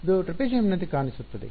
ಇದು ಟ್ರೆಪೆಜಿಯಂನಂತೆ ಕಾಣಿಸುತ್ತದೆ